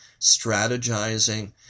strategizing